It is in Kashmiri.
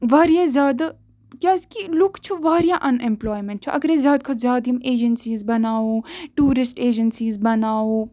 واریاہ زیادٕ کیازِ کہِ لُکھ چھِ واریاہ اَن ایٚمپٕلایمینٹ چھِ اَگر أسۍ زیادٕ کھۄتہٕ زیادٕ یِم ایجنسیٖز بَناوو ٹیورِسٹ ایجنسیٖز بَناوو